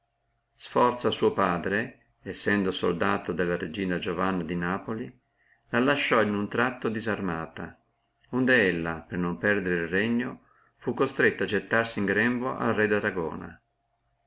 sforza suo padre sendo soldato della regina giovanna di napoli la lasciò in un tratto disarmata onde lei per non perdere el regno fu constretta gittarsi in grembo